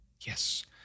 Yes